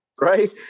Right